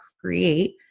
create